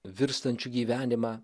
virstančiu gyvenimą